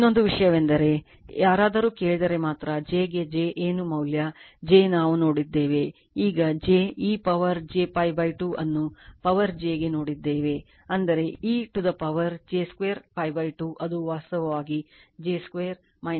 ಇನ್ನೊಂದು ವಿಷಯವೆಂದರೆ ಯಾರಾದರೂ ಕೇಳಿದರೆ ಮಾತ್ರ j ಗೆ j ಗೆ ಏನು ಮೌಲ್ಯ j ನಾವು ನೋಡಿದ್ದೇವೆ ಈಗ ನಾವು j e ಪವರ್ j π 2 ಅನ್ನು ಪವರ್ j ಗೆ ನೋಡಿದ್ದೇವೆ ಅಂದರೆ e to the power j 2π 2 ಅದು ವಾಸ್ತವವಾಗಿ j 2 1